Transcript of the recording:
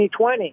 2020